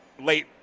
late